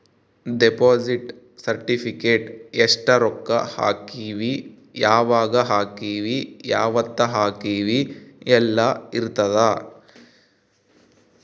deposit certificate ಎಸ್ಟ ರೊಕ್ಕ ಹಾಕೀವಿ ಯಾವಾಗ ಹಾಕೀವಿ ಯಾವತ್ತ ಹಾಕೀವಿ ಯೆಲ್ಲ ಇರತದ